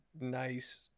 nice